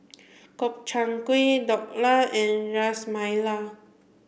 Gobchang Gui Dhokla and Ras Malai